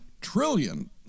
trillion